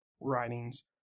writings